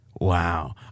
Wow